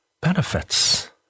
benefits